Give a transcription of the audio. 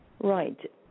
right